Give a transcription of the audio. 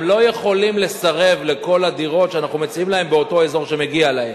הם לא יכולים לסרב לכל הדירות שאנחנו מציעים באותו אזור שמגיע להם.